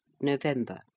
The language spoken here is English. November